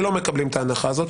שלא מקבלים את ההנחה הזאת,